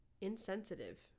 insensitive